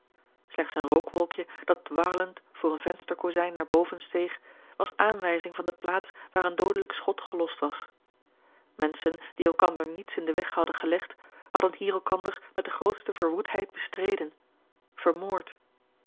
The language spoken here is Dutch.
slechts een rookwolkje dat dwarlend voor een vensterkozijn naar boven steeg was aanwijzing van de plaats waar een doodelijk schot gelost was menschen die elkander niets in den weg hadden gelegd hadden hier elkander met de grootste verwoedheid bestreden vermoord